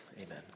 Amen